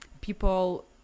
people